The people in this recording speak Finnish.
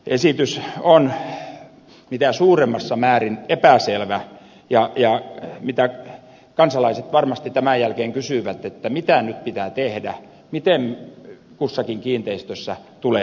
esitys on mitä suuremmassa määrin epäselvä ja kansalaiset varmasti tämän jälkeen kysyvät mitä nyt pitää tehdä miten kussakin kiinteistössä tulee toimia